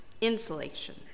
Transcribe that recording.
Insulation